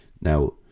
now